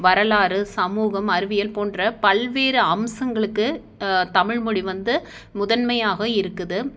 வரலாறு சமூகம் அறிவியல் போன்ற பல்வேறு அம்சங்களுக்கு தமிழ்மொழி வந்து முதன்மையாக இருக்குது